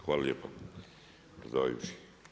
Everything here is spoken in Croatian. Hvala lijepa predsjedavajući.